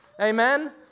Amen